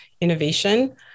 innovation